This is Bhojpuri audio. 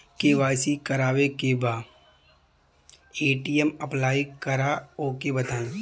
के.वाइ.सी करावे के बा ए.टी.एम अप्लाई करा ओके बताई?